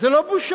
זה לא בושה.